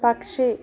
പക്ഷി